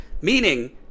meaning